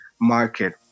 market